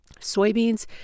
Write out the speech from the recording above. Soybeans